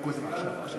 אבל, אדוני